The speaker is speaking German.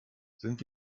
sind